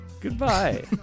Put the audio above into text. Goodbye